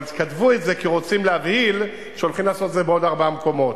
אבל כתבו את זה כי רוצים להבהיל שהולכים לעשות את זה בעוד ארבעה מקומות.